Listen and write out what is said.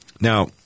Now